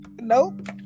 Nope